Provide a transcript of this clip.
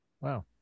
Wow